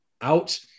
out